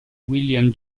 william